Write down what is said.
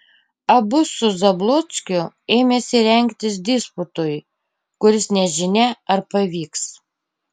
abu su zablockiu ėmėsi rengtis disputui kuris nežinia ar pavyks